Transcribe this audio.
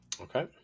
Okay